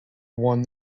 one